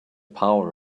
power